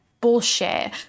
bullshit